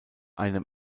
einem